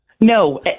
No